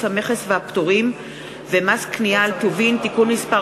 המכס והפטורים ומס קנייה על טובין (תיקון מס'